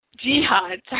Jihad